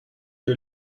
que